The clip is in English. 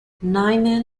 niemann